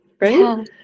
right